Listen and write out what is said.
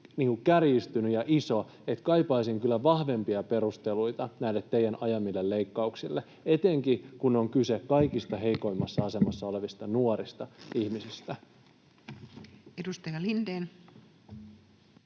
kärjistynyt ja iso, että kaipaisin kyllä vahvempia perusteluita näille teidän ajamillenne leikkauksille — etenkin, kun on kyse kaikista heikoimmassa asemassa olevista nuorista ihmisistä. [Speech